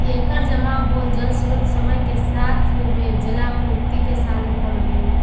एकर जमा होल जलस्रोत समय के साथ में जलापूर्ति के साधन बनऽ हई